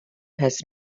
has